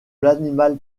l’animal